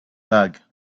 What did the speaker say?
bag